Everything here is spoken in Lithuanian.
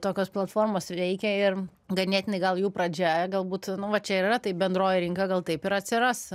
tokios platformos veikia ir ganėtinai gal jų pradžia galbūt nu va čia ir yra tai bendroji rinka gal taip ir atsiras